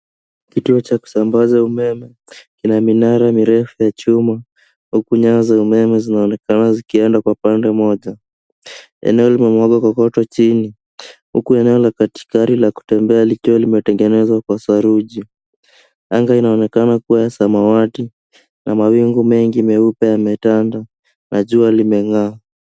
Kituo cha kusambaza umeme ina minara mirefu ya chuma huku nyaya za umeme zikionekana zikienda kwa pande moja eneo limemwagwa kokoto chini huku eneo la gari la kutembea likiwa limewekwa saruji. Kando inaonekana kuwa samawati na mawingu mengi mweupe yametanda na jua limeng'aa.